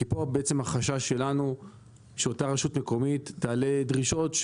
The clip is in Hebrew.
כי פה בעצם החשש שלנו שאותה רשות מקומית תעלה דרישות,